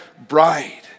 bride